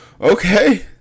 okay